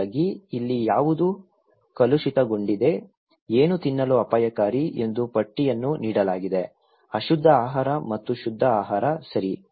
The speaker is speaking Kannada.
ಹಾಗಾಗಿ ಇಲ್ಲಿ ಯಾವುದು ಕಲುಷಿತಗೊಂಡಿದೆ ಏನು ತಿನ್ನಲು ಅಪಾಯಕಾರಿ ಎಂದು ಪಟ್ಟಿಯನ್ನು ನೀಡಲಾಗಿದೆ ಅಶುದ್ಧ ಆಹಾರ ಮತ್ತು ಶುದ್ಧ ಆಹಾರ ಸರಿ